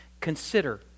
Consider